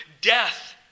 death